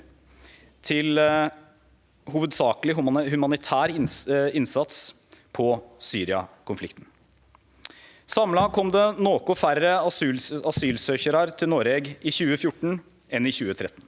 til hovudsakleg humanitær respons på Syria-konflikten. Samla kom det noko færre asylsøkjarar til Noreg i 2014 enn i 2013.